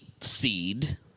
seed